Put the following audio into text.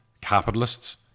capitalists